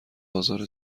آزار